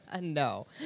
No